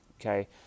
okay